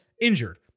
injured